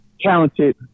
talented